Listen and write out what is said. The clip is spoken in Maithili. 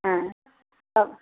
आँय तब